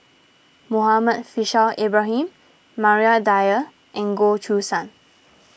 Muhammad Faishal Ibrahim Maria Dyer and Goh Choo San